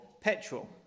petrol